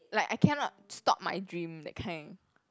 like I cannot stop my dream that kind